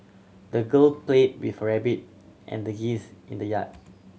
the girl played with her rabbit and the geese in the yard